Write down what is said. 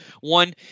one